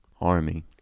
army